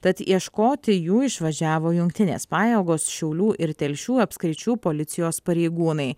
tad ieškoti jų išvažiavo jungtinės pajėgos šiaulių ir telšių apskričių policijos pareigūnai